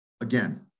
Again